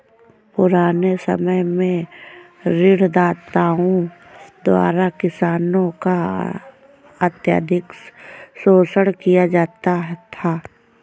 पुराने समय में ऋणदाताओं द्वारा किसानों का अत्यधिक शोषण किया जाता था